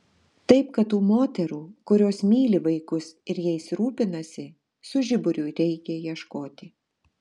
taip kad tų moterų kurios myli vaikus ir jais rūpinasi su žiburiu reikia ieškoti